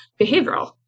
behavioral